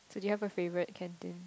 so do you have a favorite canteen